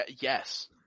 Yes